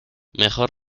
mejor